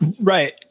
Right